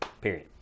Period